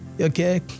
Okay